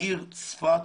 העיר צפת